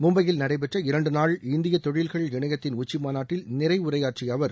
மும்பையில் நடைபெற்ற இரண்டு நாள் இந்திய தொழில்கள் இணையத்தின் உச்சிமாநாட்டில் நிறைவுரையாற்றிய அவர்